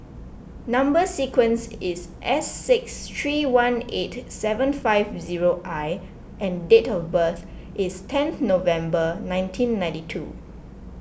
Number Sequence is S six three one eight seven five zero I and date of birth is ten November nineteen ninety two